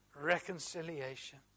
reconciliation